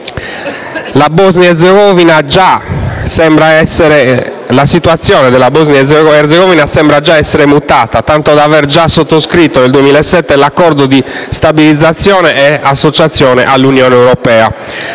La situazione della Bosnia-Erzegovina sembra già essere mutata, tanto da aver già sottoscritto nel 2007 l'accordo di stabilizzazione e associazione all'Unione europea.